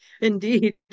Indeed